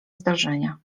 zdarzenia